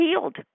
healed